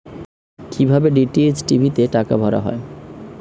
কি ভাবে DTH TV তে টাকা ভরা হয়?